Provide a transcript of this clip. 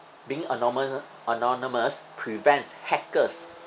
being anonymous anonymous prevents hackers